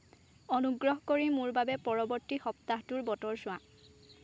অনুগ্ৰহ কৰি মোৰ বাবে পৰৱৰ্তী সপ্তাহটোৰ বতৰ চোৱা